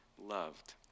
loved